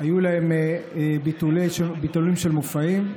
היו לעצמאים ביטולים של מופעים,